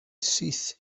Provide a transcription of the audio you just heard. syth